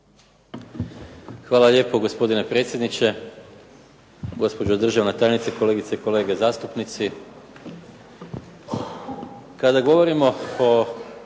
Hvala lijepo gospodine predsjedniče, gospođo državna tajnice, kolegice i kolege zastupnici. Kada govorimo o